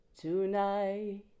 tonight